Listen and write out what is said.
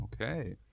Okay